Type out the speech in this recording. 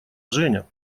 женя